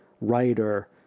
writer